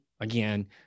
Again